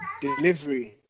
Delivery